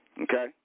okay